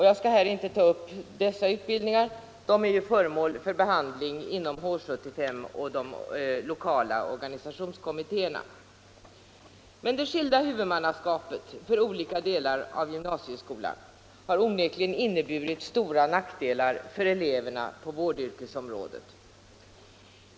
Jag skall här inte ta upp dessa utbildningar; de är föremål för behandling inom H 75 och de lokala organisationskommittéerna. Det skilda huvudmannaskapet för olika delar av gymnasieskolan har onekligen inneburit stora nackdelar för eleverna på vårdyrkesområdet.